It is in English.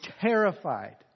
terrified